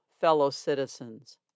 fellow-citizens